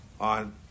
on